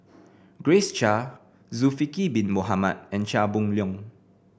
Grace Chia Zulkifli Bin Mohamed and Chia Boon Leong